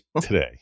today